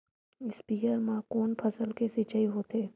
स्पीयर म कोन फसल के सिंचाई होथे?